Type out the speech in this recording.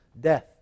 death